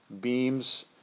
beams